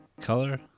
Color